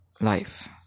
life